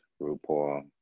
RuPaul